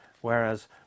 whereas